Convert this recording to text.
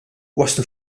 waslu